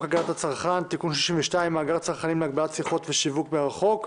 הגנת הצרכן (תיקון מס' 62) (מאגר צרכנים להגבלת שיחות שיווק מרחוק),